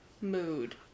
mood